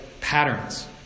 patterns